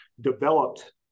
developed